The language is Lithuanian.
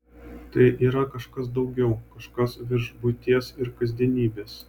tai yra kažkas daugiau kažkas virš buities ir kasdienybės